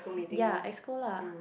ya Exco lah